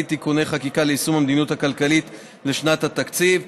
(תיקוני חקיקה ליישום המדיניות הכלכלית לשנת התקציב 2019),